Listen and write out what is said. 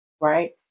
right